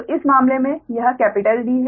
तो इस मामले में यह केपिटल D है